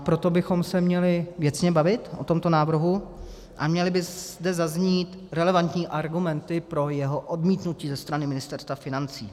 Proto bychom se měli věcně bavit o tomto návrhu a měly by zde zaznít relevantní argumenty pro jeho odmítnutí ze strany Ministerstva financí.